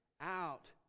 out